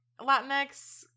latinx